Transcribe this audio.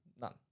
None